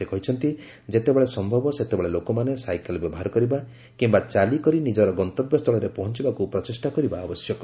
ସେ କହିଛନ୍ତି ଯେତେବେଳେ ସ୍ୟବ ସେତେବେଳେ ଲୋକମାନେ ସାଇକେଲ ବ୍ୟବହାର କରିବା କିମ୍ବା ଚାଲିକରି ନିଜର ଗନ୍ତବ୍ୟସ୍ଥଳରେ ପହଞ୍ଚବାକୁ ପ୍ରଚେଷ୍ଟା କରିବା ଆବଶ୍ୟକ